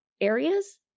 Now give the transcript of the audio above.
areas